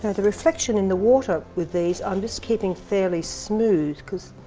the reflection in the water with these. i'm just keeping fairly smooth cause